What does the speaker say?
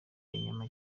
inyama